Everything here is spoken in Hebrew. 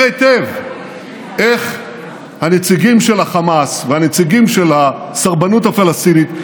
היטב איך הנציגים של החמאס והנציגים של הסרבנות הפלסטינית,